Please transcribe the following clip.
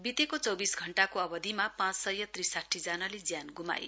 वितेको चौविस घण्टाको अवधिमा पाँच सय त्रिसाठी जनाले ज्यान गुमाए